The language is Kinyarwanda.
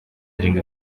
arindwi